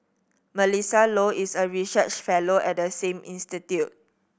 Melissa Low is a research fellow at the same institute